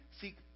seek